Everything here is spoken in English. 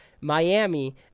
Miami